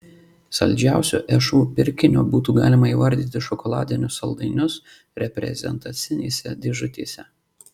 saldžiausiu šu pirkiniu būtų galima įvardyti šokoladinius saldainius reprezentacinėse dėžutėse